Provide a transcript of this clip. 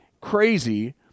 crazy